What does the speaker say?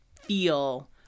feel